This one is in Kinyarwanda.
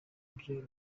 byo